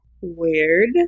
Weird